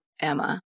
Emma